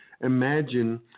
imagine –